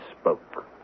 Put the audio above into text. spoke